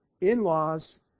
in-laws